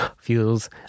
feels